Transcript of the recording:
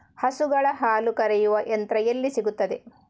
ಹಸುಗಳ ಹಾಲು ಕರೆಯುವ ಯಂತ್ರ ಎಲ್ಲಿ ಸಿಗುತ್ತದೆ?